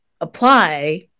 apply